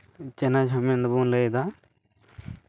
challenge ᱦᱚᱸ ᱢᱮᱱ ᱫᱚᱵᱚᱱ ᱞᱟᱹᱭᱫᱟ